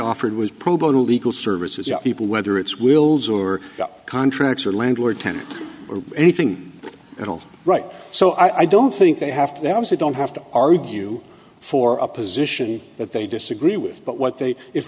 offered was pro bono legal services people whether it's wills or contracts or landlord tenant or anything at all right so i don't think they have to as they don't have to argue for a position that they disagree with but what they if